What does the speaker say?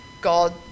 God